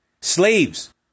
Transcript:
Slaves